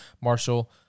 Marshall